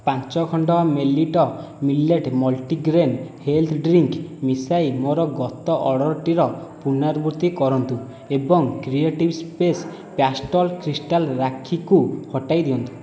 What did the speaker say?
ପାଞ୍ଚ ଖଣ୍ଡ millet millet multigrain health drink ମିଶାଇ ମୋର ଗତ ଅର୍ଡ଼ର୍ଟିର ପୁନରାବୃତ୍ତି କରନ୍ତୁ ଏବଂ କ୍ରିଏଟିଭ୍ ସ୍ପେସ୍ ପ୍ୟାଷ୍ଟଲ୍ କ୍ରିଷ୍ଟାଲ୍ ରାକ୍ଷୀକୁ ହଟାଇ ଦିଅନ୍ତୁ